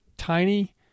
tiny